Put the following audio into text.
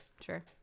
sure